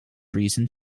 recent